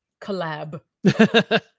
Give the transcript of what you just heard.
collab